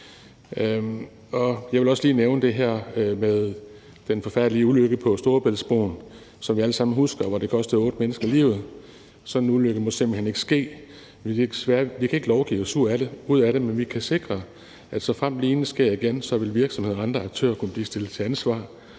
Jeg vil også lige nævne det her med den forfærdelige ulykke på Storebæltsbroen, som vi alle sammen husker, og som kostede otte mennesker livet. Sådan en ulykke må simpelt hen ikke ske. Vi kan desværre ikke lovgive os ud af det, men vi kan sikre, at såfremt noget lignende sker igen, vil virksomheder og andre aktører kunne blive stillet til ansvar